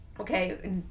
okay